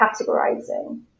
categorizing